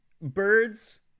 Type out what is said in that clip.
birds